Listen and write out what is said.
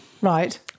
right